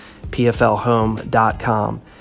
pflhome.com